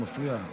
זה מפריע.